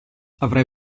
avrei